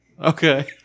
Okay